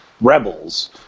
Rebels